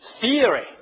theory